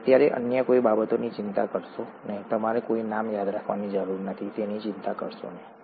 અત્યારે અન્ય કોઈ બાબતની ચિંતા કરશો નહીં તમારે કોઈ નામ યાદ રાખવાની જરૂર નથી તેની ચિંતા કરશો નહીં